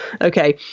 Okay